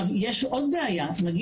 יש בעיה נוספת,